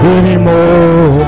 anymore